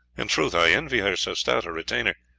in truth i envy her so stout a retainer.